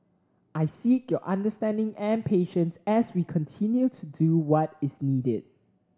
I seek your understanding and patience as we continue to do what is needed